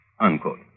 Unquote